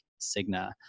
Cigna